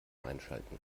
einschalten